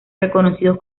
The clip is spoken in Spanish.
reconocidos